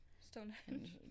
stonehenge